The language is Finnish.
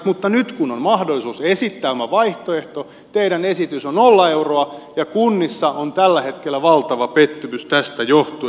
mutta nyt kun on mahdollisuus esittää oma vaihtoehto teidän esitys on nolla euroa ja kunnissa on tällä hetkellä valtava pettymys tästä johtuen